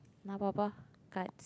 nah papa cards